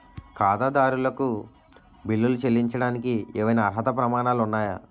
ఖాతాదారులకు బిల్లులు చెల్లించడానికి ఏవైనా అర్హత ప్రమాణాలు ఉన్నాయా?